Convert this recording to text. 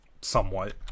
somewhat